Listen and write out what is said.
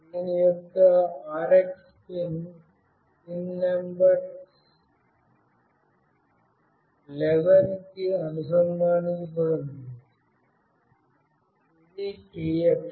దీని యొక్క RX pin pin number 11 కి అనుసంధానించబడి ఉంది ఇది TX